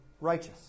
righteous